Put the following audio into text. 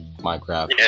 Minecraft